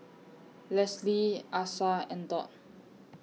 Leslie Asa and Dot